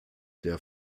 der